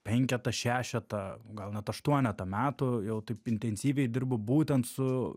penketą šešetą gal net aštuonetą metų jau taip intensyviai dirbu būtent su